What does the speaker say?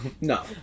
No